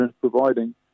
providing